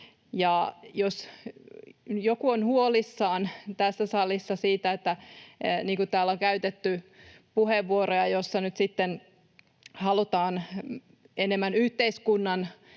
Jos joku on kenties huolissaan tässä salissa siitä — kun täällä on käytetty puheenvuoroja, joissa nyt sitten halutaan enemmän yhteiskunnan